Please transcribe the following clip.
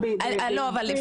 אנחנו נעשה את זה מסודר,